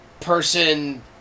person